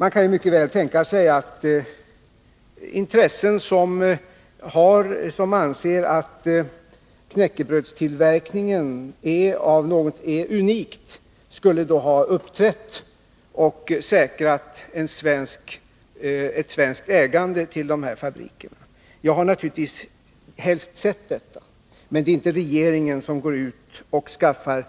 Man kunde tänka sig att intressen som anser att knäckebrödstillverkningen är något unikt svenskt skulle ha uppträtt och säkrat ett svenskt ägande av dessa fabriker. Jag hade naturligtvis helst sett detta, men det är inte regeringen som skaffar